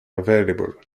available